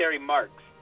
marks